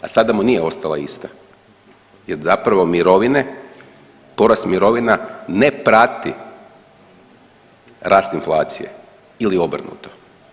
A sada mu nije ostala ista jer zapravo mirovine, porast mirovina ne prati rast inflacije ili obrnuto.